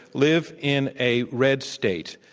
live in a red state.